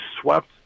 swept